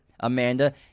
Amanda